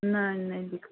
नै नै दिक्कत